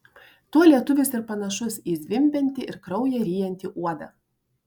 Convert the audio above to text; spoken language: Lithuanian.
tuo lietuvis ir panašus į zvimbiantį ir kraują ryjantį uodą